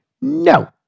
No